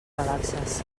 relaxes